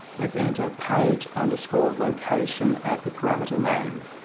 let's enter page, underscore, location as the parameter name.